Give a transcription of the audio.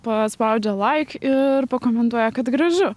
paspaudžia laik ir pakomentuoja kad gražu